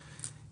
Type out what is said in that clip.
"6.